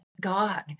God